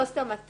לא סתם את